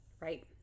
Right